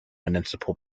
municipal